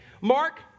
Mark